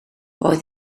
roedd